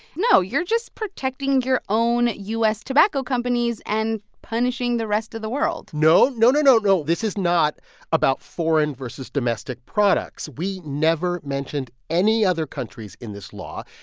no, you're just protecting your own u s. tobacco companies and punishing the rest of the world no, no, no, no, no, no. this is not about foreign versus domestic products. we never mentioned any other countries in this law.